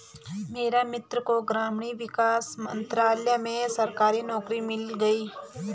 मेरे मित्र को ग्रामीण विकास मंत्रालय में सरकारी नौकरी मिल गई